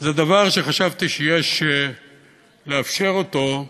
זה דבר שחשבתי שיש לאפשר אותו,